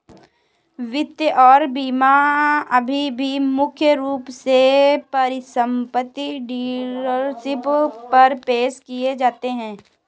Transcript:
वित्त और बीमा अभी भी मुख्य रूप से परिसंपत्ति डीलरशिप पर पेश किए जाते हैं